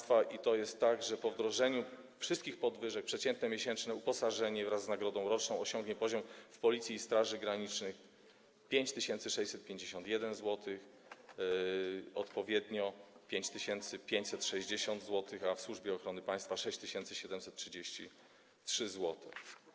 To jest tak, że po wdrożeniu wszystkich podwyżek przeciętne miesięczne uposażenie wraz z nagrodą roczną osiągnie poziom w Policji i Straży Granicznej odpowiednio 5651 zł i 5560 zł, a w Służbie Ochrony Państwa - 6733 zł.